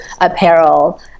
apparel